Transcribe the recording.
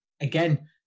again